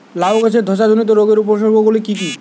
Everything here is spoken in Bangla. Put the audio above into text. লাউ গাছের ধসা জনিত রোগের উপসর্গ গুলো কি কি?